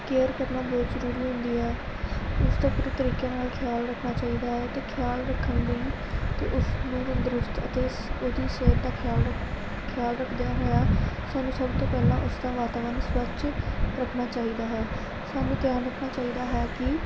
care ਕਰਨਾ ਬਹੁਤ ਜ਼ਰੂਰੀ ਹੁੰਦੀ ਹੈ ਉਸਦਾ ਪੂਰੀ ਤਰੀਕੇ ਨਾਲ ਖਿਆਲ ਰੱਖਣਾ ਚਾਹੀਦਾ ਹੈ ਅਤੇ ਖਿਆਲ ਰੱਖਣ ਲਈ ਅਤੇ ਉਸ ਨੂੰ ਤੰਦਰੁਸਤ ਅਤੇ ਉਹਦੀ ਸਿਹਤ ਦਾ ਖਿਆਲ ਰੱਖਦੇ ਖਿਆਲ ਰੱਖਦਿਆਂ ਹੋਇਆਂ ਸਾਨੂੰ ਸਭ ਤੋਂ ਪਹਿਲਾਂ ਉਸ ਦਾ ਵਾਤਾਵਰਨ ਸਵੱਛ ਰੱਖਣਾ ਚਾਹੀਦਾ ਹੈ ਸਾਨੂੰ ਧਿਆਨ ਰੱਖਣਾ ਚਾਹੀਦਾ ਹੈ ਕਿ